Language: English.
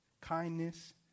kindness